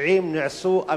הפושעים נעשו,